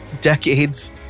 decades